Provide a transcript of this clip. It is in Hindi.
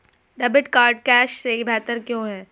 डेबिट कार्ड कैश से बेहतर क्यों है?